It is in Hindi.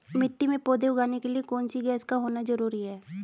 मिट्टी में पौधे उगाने के लिए कौन सी गैस का होना जरूरी है?